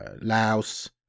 Laos